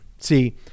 See